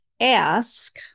ask